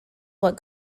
what